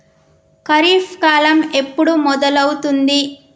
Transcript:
ఖరీఫ్ కాలం ఎప్పుడు మొదలవుతుంది?